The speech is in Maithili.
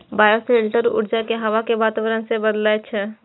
बायोशेल्टर ऊर्जा कें हवा के वातावरण सं बदलै छै